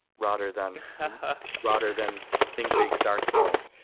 rather than rather than think big, start small.